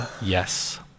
Yes